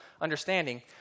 understanding